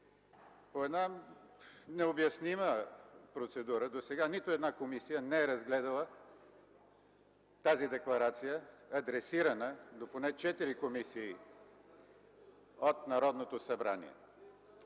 По една необяснима процедура досега нито една комисия не е разгледала тази декларация, адресирана поне до 4 комисии в Народното събрание.